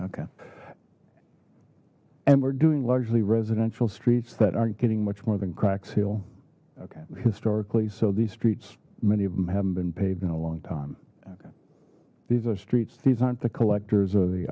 okay and we're doing largely residential streets that aren't getting much more than cracks hill okay historically so these streets many of them haven't been paved in a long time okay these are streets these aren't the collectors or the